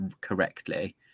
correctly